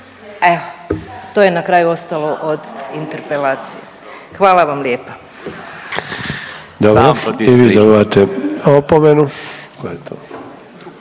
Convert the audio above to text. evo to je na kraju ostalo od interpelacije. Hvala vam lijepa.